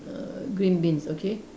err green beans okay